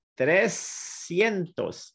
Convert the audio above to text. trescientos